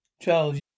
Charles